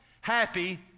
happy